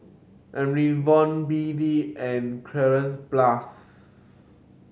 Enervon B D and Cleanz Plus